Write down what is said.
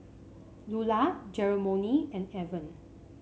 Lular Jeromy and Avon